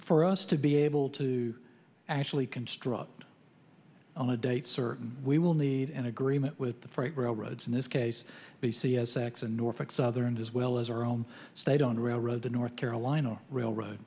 for us to be able to actually construct on a date certain we will need an agreement with the freight railroads in this case b c s x and norfolk southern does well as our own state owned railroad the north carolina railroad